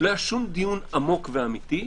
לא היה שום דיון עמוק ואמיתי.